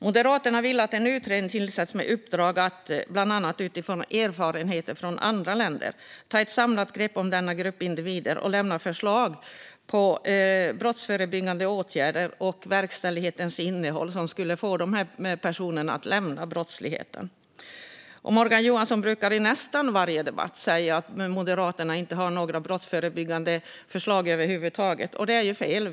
Moderaterna vill att en utredning tillsätts med uppdrag att, bland annat utifrån erfarenheter i andra länder, ta ett samlat grepp om denna grupp individer och lämna förslag på lämpliga brottsförebyggande åtgärder och verkställighetsinnehåll som skulle få dessa personer att lämna brottsligheten. Morgan Johansson brukar i nästan varje debatt säga att Moderaterna inte har några brottsförebyggande förslag över huvud taget. Det är ju fel.